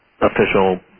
official